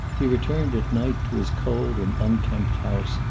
he returned at night, to his cold and unkempt house,